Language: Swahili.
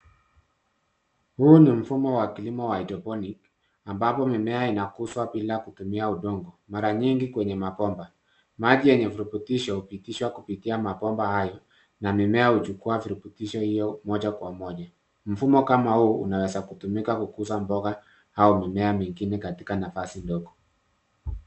Huu ni mfumo wa kilimo wa hydroponic ambapo mumea inakuzwa bila kutumia udongo mara nyingi kwenye mabomba. Maji yenye virutubisho hupitishwa kupitia mabomba hayo na mimea huchukua virutubisho hiyo moja kwa moja. Mfumo kama huu unaweza kutumika kukuza mboga au mimea mingine katika nafasi ndogo.